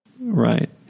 Right